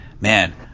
man